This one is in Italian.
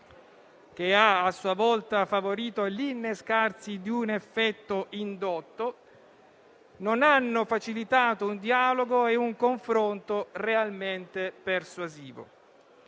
che ha a sua volta favorito l'innescarsi di un effetto indotto, non hanno facilitato un dialogo e un confronto realmente persuasivo.